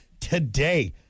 today